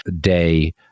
day